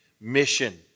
mission